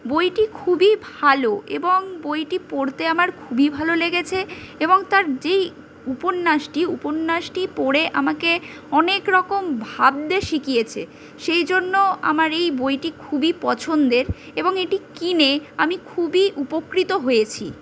বইটি খুবই ভালো এবং বইটি পড়তে আমার খুবই ভালো লেগেছে এবং তার যেই উপন্যাসটি উপন্যাসটি পড়ে আমাকে অনেকরকম ভাবতে শিখিয়েছে সেই জন্য আমার এই বইটি খুবই পছন্দের এবং এটি কিনে আমি খুবই উপকৃত হয়েছি